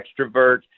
extrovert